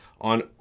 on